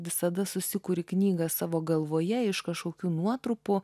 visada susikuri knygą savo galvoje iš kažkokių nuotrupų